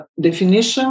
definition